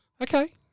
Okay